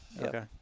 Okay